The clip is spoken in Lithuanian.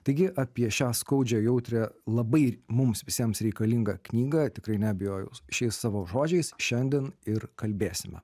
taigi apie šią skaudžią jautrią labai mums visiems reikalingą knygą tikrai neabejojau šiais savo žodžiais šiandien ir kalbėsime